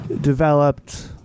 developed